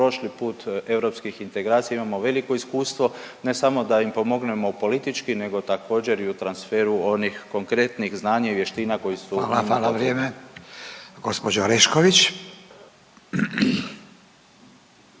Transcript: Hvala. Hvala. Vrijeme. Gđa Orešković.